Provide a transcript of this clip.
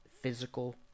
physical